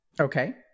Okay